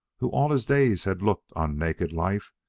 who all his days had looked on naked life,